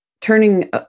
turning